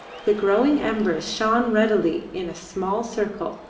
the glowing embers shone redly in a small circle,